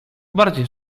bardziej